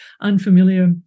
unfamiliar